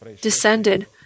descended